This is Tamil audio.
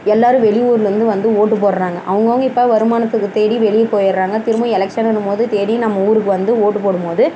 எல்லோரும் வெளியூர்லேந்து வந்து ஓட்டு போடுகிறாங்க அவங்கவுங்க இப்போ வருமானத்துக்கு தேடி வெளியே போயிடுறாங்க திரும்பவும் எலக்ஷனுன்னுபோது தேடி நம்ம ஊருக்கு வந்து ஓட்டு போடும்போது